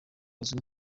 uzwi